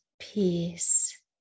peace